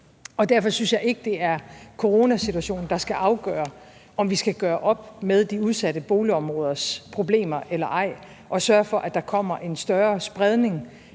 derfor synes jeg ikke, det er coronasituationen, der skal afgøre, om vi skal gøre op med de udsatte boligområders problemer eller ej og sørge for, at der er kommer en større spredning,